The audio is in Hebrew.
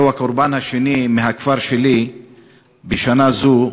זהו הקורבן השני מהכפר שלי בשנה זו,